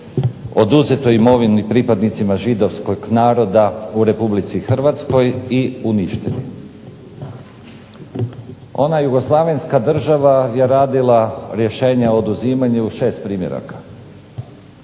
oduzetoj imovini pripadnicima židovskog naroda u RH i uništeni. Ona Jugoslavenska država je radila rješenje o oduzimanju u 6 primjeraka.